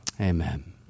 Amen